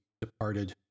departed